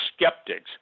skeptics